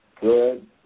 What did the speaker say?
good